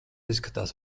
izskatās